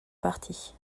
partie